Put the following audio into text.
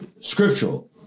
scriptural